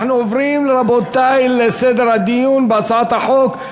אנחנו עוברים, רבותי, לסדר הדיון בהצעת החוק.